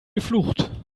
geflucht